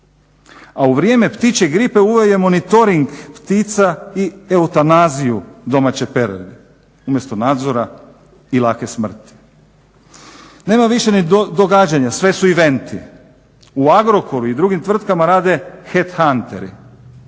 a u vrijeme ptičje gripe uveo je monitoring ptica i eutanaziju domaće peradi umjesto nadzora i lake smrti. Nema više ni događanja sve su eventi. U Agrokoru i drugim tvrtkama rade headhunteri,